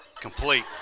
complete